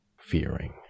fearing